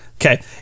Okay